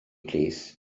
plîs